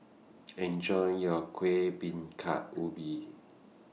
Enjoy your Kueh Bingka Ubi